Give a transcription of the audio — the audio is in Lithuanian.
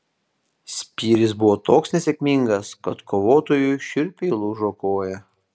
spyris buvo toks nesėkmingas kad kovotojui šiurpiai lūžo koją